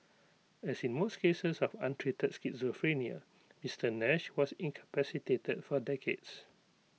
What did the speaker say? as in most cases of untreated schizophrenia Mister Nash was incapacitated for decades